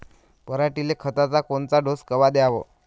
पऱ्हाटीले खताचा कोनचा डोस कवा द्याव?